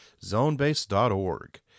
ZoneBase.org